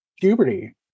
puberty